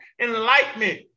enlightenment